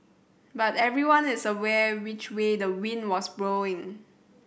but everyone is aware which way the wind was blowing